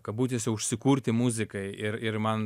kabutėse užsikurti muzikai ir ir man